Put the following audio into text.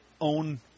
own